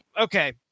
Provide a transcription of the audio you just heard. okay